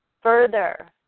further